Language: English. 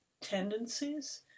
tendencies